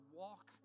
walk